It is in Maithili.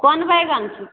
कोन बैंगन छै